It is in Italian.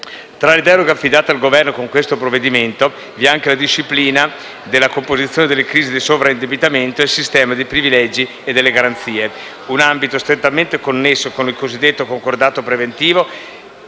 Tra le deleghe affidate al Governo con questo provvedimento vi è anche la disciplina della composizione delle crisi da sovraindebitamento e il sistema dei privilegi e delle garanzie. Un ambito strettamente connesso con il cosiddetto concordato preventivo,